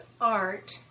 art